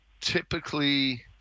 typically